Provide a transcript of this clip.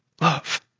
love